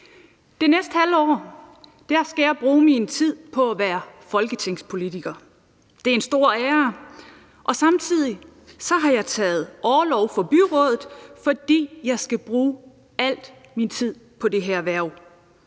Det næste halve år skal jeg bruge min tid på at være folketingspolitiker. Det er en stor ære, og samtidig har jeg taget orlov fra byrådet, fordi jeg skal bruge al min tid på det her hverv.